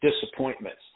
disappointments